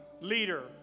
leader